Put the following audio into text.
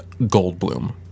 Goldblum